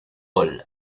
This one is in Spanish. hall